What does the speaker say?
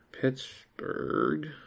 Pittsburgh